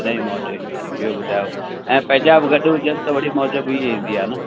तॾहिं मौज ईंदी ॿियो ॿुधायो ऐं पंहिंजा बि गॾु हुजनि त वरी मौज ॿी ईंदी आहे न